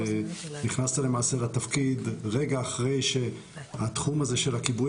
נכנסת למעשה לתפקיד רגע אחרי שהתחום הזה של הכיבוי